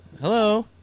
Hello